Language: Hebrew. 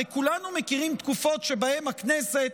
הרי כולנו מכירים תקופות שבהן הכנסת,